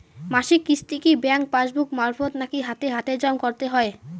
মাসিক কিস্তি কি ব্যাংক পাসবুক মারফত নাকি হাতে হাতেজম করতে হয়?